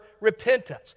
repentance